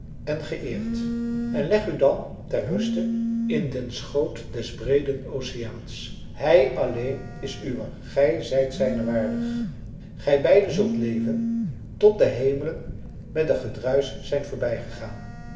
en geëerd en leg u dan ter ruste in den schoot des breeden oceaans hij alleen is uwer gij zijt zijner waardig gij beiden zult leven tot de hemelen met een gedruisch zijn voorbijgegaan